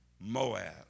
Moab